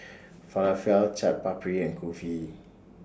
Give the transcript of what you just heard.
Falafel Chaat Papri and Kulfi